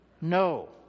no